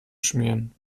schmieren